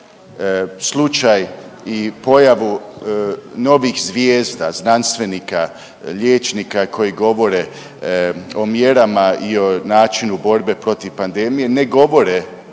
slučaj i pojavu novih zvijezda, znanstvenika, liječnika koji govore o mjerama i o načinu borbe protiv pandemije, ne govore